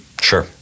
Sure